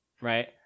right